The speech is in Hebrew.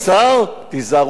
תיזהרו בלשונכם.